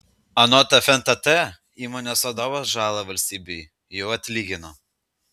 anot fntt įmonės vadovas žalą valstybei jau atlygino